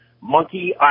Monkey